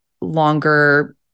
longer